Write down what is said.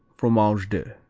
fromage de